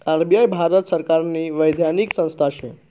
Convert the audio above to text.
RBI Bharat सरकारनी वैधानिक संस्था शे